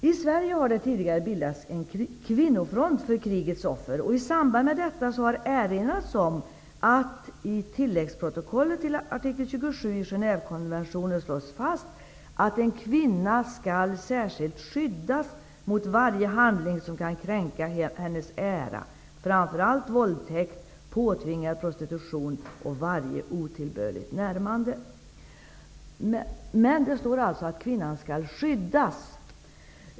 I Sverige har det tidigare bildats en kvinnofront för krigets offer, och i samband med detta har det erinrats om det som slås fast i tilläggsprotokollet till artikel 27 i Genèvekonventionen: ''kvinna skall särskilt skyddas mot varje handling som kan kränka hennes ära, framförallt våldtäkt, påtvingad prostitution och varje otillbörligt närmande''. Det står alltså att kvinnan skall skyddas.